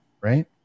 Right